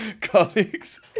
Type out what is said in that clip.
colleagues